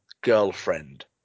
girlfriend